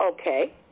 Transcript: Okay